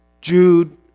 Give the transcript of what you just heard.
Jude